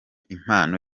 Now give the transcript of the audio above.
impano